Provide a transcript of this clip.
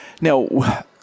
Now